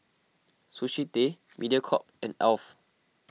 Sushi Tei Mediacorp and Alf